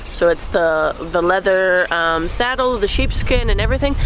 so it's the the leather saddle, the sheepskin and everything.